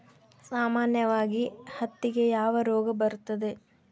ಸಾಮಾನ್ಯವಾಗಿ ಹತ್ತಿಗೆ ಯಾವ ರೋಗ ಬರುತ್ತದೆ?